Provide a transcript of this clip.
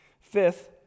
Fifth